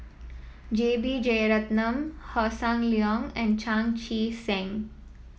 J B Jeyaretnam Hossan Leong and Chan Chee Seng